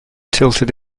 tilted